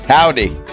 Howdy